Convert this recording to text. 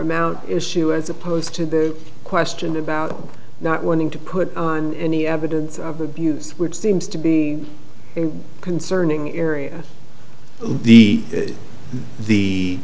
amount issue as opposed to the question about not wanting to put on any evidence of abuse which seems to be concerning area the the